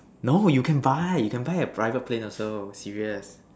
no you can buy you can buy a private plane also serious